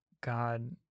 God